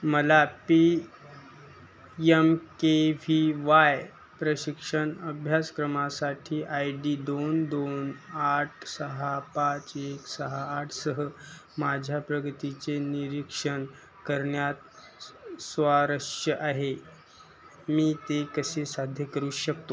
मला P M K V Y प्रशिक्षण अभ्यासक्रमासाठी आय डी दोन दोन आठ सहा पाच एक सहा आठ सह माझ्या प्रगतीचे निरीक्षण करण्यात स्वारस्य आहे मी ते कसे साध्य करू शकतो